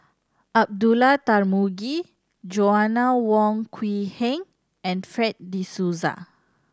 Abdullah Tarmugi Joanna Wong Quee Heng and Fred De Souza